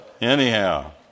anyhow